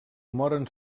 moren